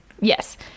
Yes